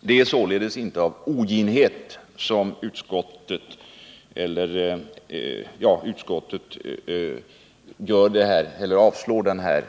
Det är således inte av oginhet som utskottet avstyrker den här